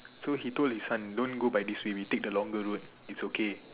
so he told his son don't go by this way we take the longer road it's okay